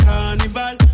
Carnival